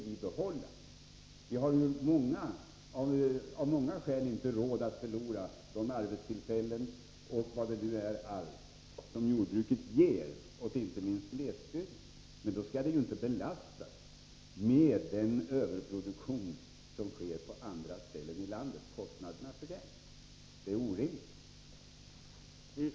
Vi har av många skäl inte råd att förlora de arbetstillfällen och vad allt det är som jordbruket ger, inte minst i glesbygden. Då skall det givetvis inte belastas med kostnaderna för en överproduktion som sker på andra ställen i landet. Det är orimligt.